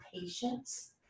patience